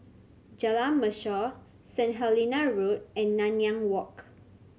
Jalan Mashor St Helena Road and Nanyang Walk